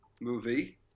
movie